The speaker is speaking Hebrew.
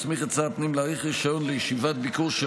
לחוק מסמיך את שר הפנים להאריך רישיון לישיבת ביקור של